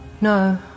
No